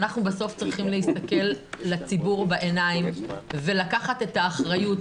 אנחנו בסוף צריכים להסתכל לציבור בעיניים ולקחת את האחריות,